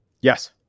Yes